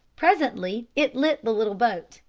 presently it lit the little boat,